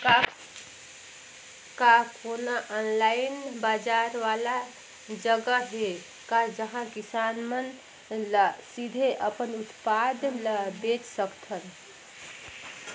का कोनो ऑनलाइन बाजार वाला जगह हे का जहां किसान मन ल सीधे अपन उत्पाद ल बेच सकथन?